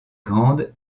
grande